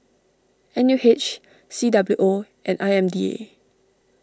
N U H C W O and I M D A